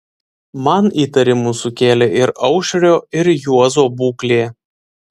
man įtarimų sukėlė ir aušrio ir juozo būklė